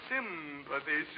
Sympathy